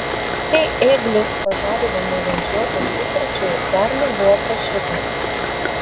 kai ėglis pažadino miegančiuosius pusryčių dar nebuvo prašvitę